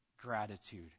gratitude